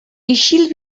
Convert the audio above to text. isil